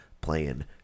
playing